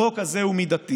החוק הוא מידתי,